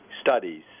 studies